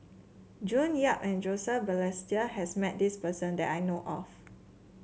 June Yap and Joseph Balestier has met this person that I know of